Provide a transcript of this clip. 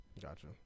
Gotcha